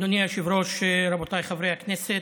אדוני היושב-ראש, רבותיי חברי הכנסת,